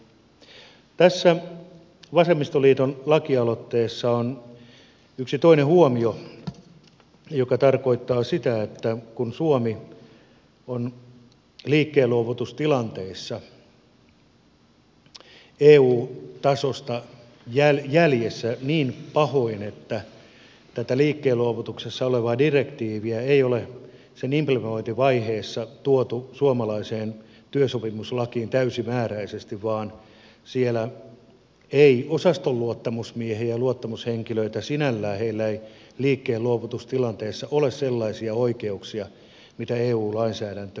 tässä vasemmistoliiton lakialoitteessa on yksi toinen huomio joka tarkoittaa sitä että suomi on liikkeenluovutustilanteessa eu tasosta jäljessä niin pahoin että tätä liikkeenluovutuksessa olevaa direktiiviä ei ole sen implementointivaiheessa tuotu suomalaiseen työsopimuslakiin täysimääräisesti vaan siellä ei osaston luottamusmiehillä ja luottamushenkilöillä liikkeenluovutustilanteessa ole sellaisia oikeuksia mitä eu lainsäädäntö edellyttää